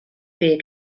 pear